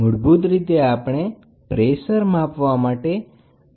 તો મૂળભૂત રીતે આપણે દબાણ માપન ઇચ્છીએ છીએ